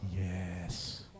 Yes